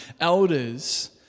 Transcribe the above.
elders